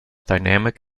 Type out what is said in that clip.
dynamic